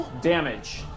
Damage